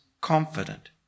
confident